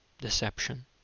deception